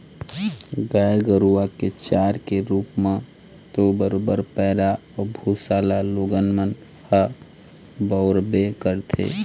गाय गरुवा के चारा के रुप म तो बरोबर पैरा अउ भुसा ल लोगन मन ह बउरबे करथे